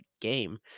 game